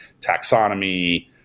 taxonomy